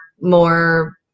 more